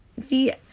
See